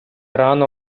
рано